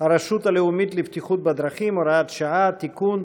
הרשות הלאומית לבטיחות בדרכים (הוראת שעה) (תיקון),